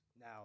now